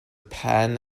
pan